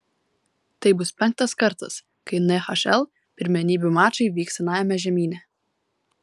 tai bus penktas kartas kai nhl pirmenybių mačai vyks senajame žemyne